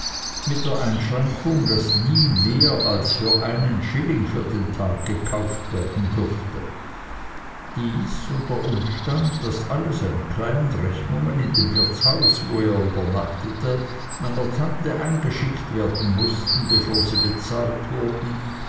mit der einschränkung daß nie mehr als für einen schilling für den tag gekauft werden dürfte dies und der umstand daß alle seine kleinen rechnungen in dem wirtshaus wo er übernachtete meiner tante eingeschickt werden mußten bevor sie bezahlt wurden